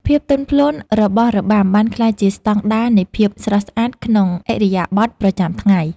ភាពទន់ភ្លន់របស់របាំបានក្លាយជាស្តង់ដារនៃភាពស្រស់ស្អាតក្នុងឥរិយាបថប្រចាំថ្ងៃ។